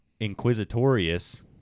Inquisitorious